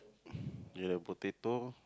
with the potato